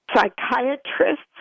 psychiatrists